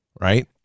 right